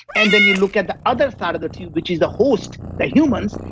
and then you look at the other side of the tube, which is the host, the humans.